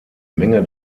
menge